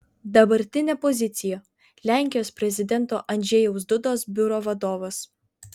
dabartinė pozicija lenkijos prezidento andžejaus dudos biuro vadovas